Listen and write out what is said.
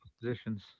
positions